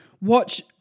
watch